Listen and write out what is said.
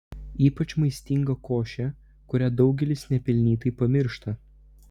ypač maistinga košė kurią daugelis nepelnytai pamiršta